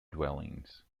dwellings